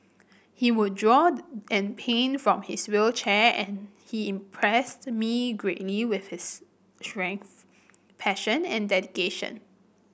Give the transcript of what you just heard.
he would draw and paint from his wheelchair and he impressed me greatly with his strength passion and dedication